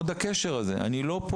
הקשר הזה הוא חשוב מאוד.